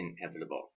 inevitable